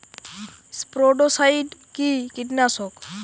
স্পোডোসাইট কি কীটনাশক?